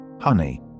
honey